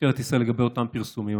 משטרת ישראל לגבי אותם פרסומים.